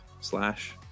slash